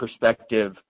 perspective